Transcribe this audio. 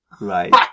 Right